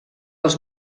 els